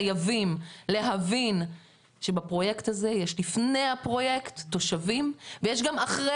חייבים להבין שבפרויקט הזה יש לפני הפרויקט תושבים ויש גם אחרי